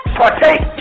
partake